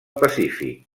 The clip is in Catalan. pacífic